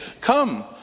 Come